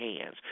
hands